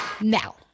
Now